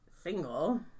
single